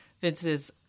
Vince's